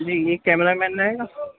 جی ایک cameraman رہے گا